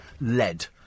Lead